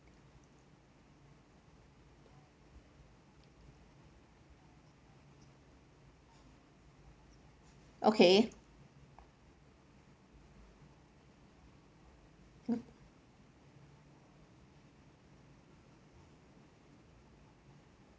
okay